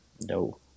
No